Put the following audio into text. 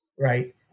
right